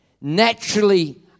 naturally